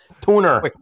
Tuner